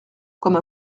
comme